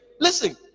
listen